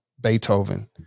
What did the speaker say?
Beethoven